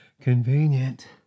convenient